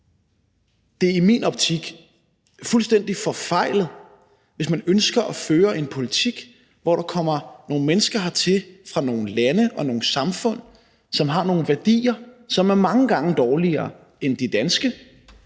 er det i min optik fuldstændig forfejlet, hvis man ønsker at føre en politik, hvor der kommer nogle mennesker hertil fra nogle lande og nogle samfund, som har nogle værdier, som er mange gange dårligere end de danske,